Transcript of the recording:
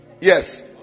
Yes